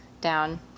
down